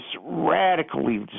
radically